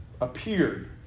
appeared